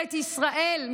ממשלת ישראל,